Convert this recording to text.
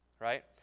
right